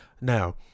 now